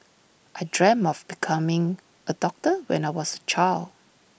I dreamt of becoming A doctor when I was A child